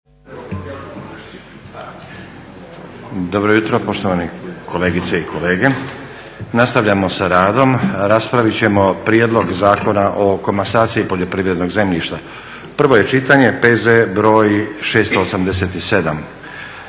Dobro jutro poštovane kolegice i kolege. Nastavljamo sa radom. Raspravit ćemo: - Prijedlog Zakona o komasaciji poljoprivrednog zemljišta, prvo čitanje, P.Z.BR. 687.